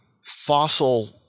fossil